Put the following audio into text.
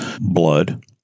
blood